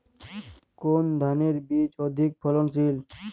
কোন ধানের বীজ অধিক ফলনশীল?